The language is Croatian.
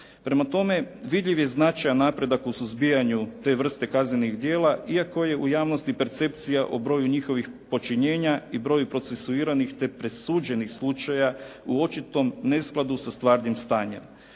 Prema tome, vidljiv je značajan napredak u suzbijanju te vrste kaznenih djela iako je u javnosti percepcija o broju njihovih počinjenja i broju procesuiranih te presuđenih slučaja u očitom neskladu sa stvarnim stanjem.